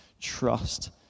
trust